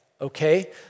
okay